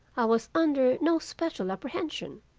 i was under no special apprehension.